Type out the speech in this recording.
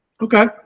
Okay